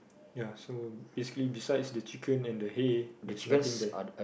ya so basically besides the chicken and the hay there's nothing there